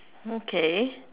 okay